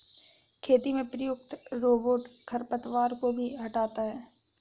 खेती में प्रयुक्त रोबोट खरपतवार को भी हँटाता है